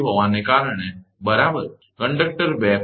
conductor 2 પર